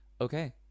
Okay